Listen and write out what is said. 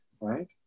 right